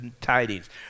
tidings